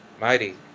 mighty